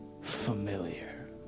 familiar